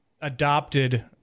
adopted